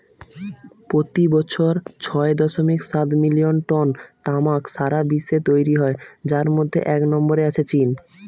পোতি বছর ছয় দশমিক সাত মিলিয়ন টন তামাক সারা বিশ্বে তৈরি হয় যার মধ্যে এক নম্বরে আছে চীন